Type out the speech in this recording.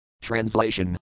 Translation